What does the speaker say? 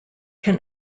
can